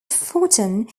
photon